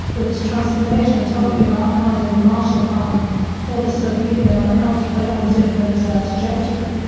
with its transformation and talking about a kind of marshall plan for the soviet union that might help it put it on a different trajectory.